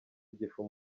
igifu